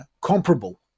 comparable